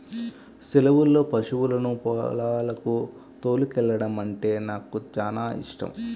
సెలవుల్లో పశువులను పొలాలకు తోలుకెల్లడమంటే నాకు చానా యిష్టం